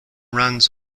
runs